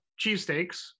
cheesesteaks